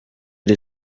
iri